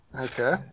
Okay